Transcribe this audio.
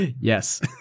yes